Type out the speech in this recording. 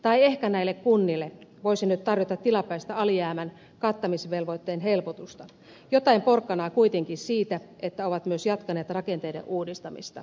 tai ehkä näille kunnille voisi nyt tarjota tilapäistä alijäämän kattamisvelvoitteen helpotusta jotain porkkanaa kuitenkin siitä että ovat myös jatkaneet rakenteiden uudistamista